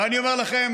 ואני אומר לכם,